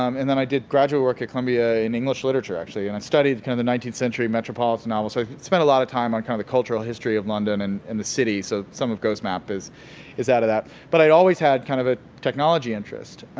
um and i did graduate work at columbia in english literature, actually. and i studied kind of the nineteenth century metropolitan novel, so i spent a lot of time on kind of the cultural history of london and and the city. so, some of ghost map is is out of that, but i always had kind of a technology interest.